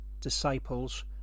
disciples